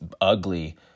ugly